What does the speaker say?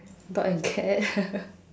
dog and cat